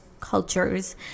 cultures